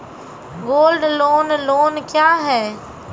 Gold loan loan क्या हैं?